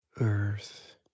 Earth